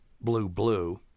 blue-blue